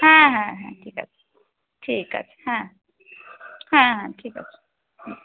হ্যাঁ হ্যাঁ হ্যাঁ ঠিক আছে ঠিক আছে হ্যাঁ হ্যাঁ হ্যাঁ ঠিক আছে হুম